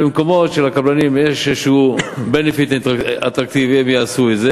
במקומות שלקבלנים יש איזה benefit אטרקטיבי הם יעשו את זה,